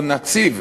או נציב,